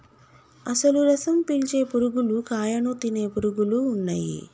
అసలు రసం పీల్చే పురుగులు కాయను తినే పురుగులు ఉన్నయ్యి